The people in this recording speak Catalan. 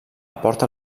aporta